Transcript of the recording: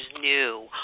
new